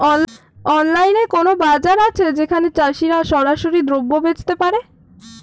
অনলাইনে কোনো বাজার আছে যেখানে চাষিরা সরাসরি দ্রব্য বেচতে পারে?